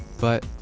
but,